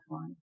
one